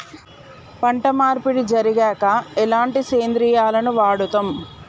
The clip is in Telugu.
పంట మార్పిడి జరిగాక ఎలాంటి సేంద్రియాలను వాడుతం?